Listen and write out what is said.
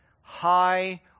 high